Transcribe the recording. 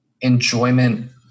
enjoyment